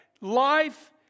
Life